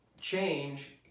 change